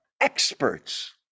experts